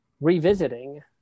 revisiting